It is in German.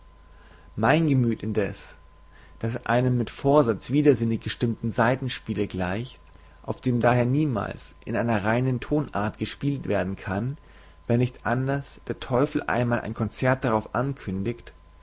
mein gemüth indeß das einem mit vorsatz widersinnig gestimmten saitenspiele gleicht auf dem daher niemals in einer reinen tonart gespielt werden kann wenn nicht anders der teufel einmal ein konzert darauf ankündigt